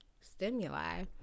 stimuli